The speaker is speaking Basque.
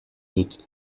dut